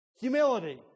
humility